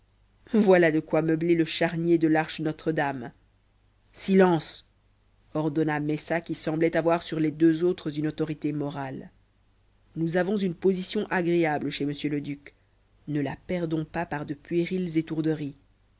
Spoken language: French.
voilà de quoi meubler le charnier de l'arche notre-dame silence ordonna messa qui semblait avoir sur les deux autres une autorité morale nous avons une position agréable chez m le duc ne la perdons pas par de puériles étourderies